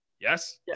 Yes